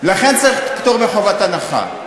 לכן צריך פטור מחובת הנחה,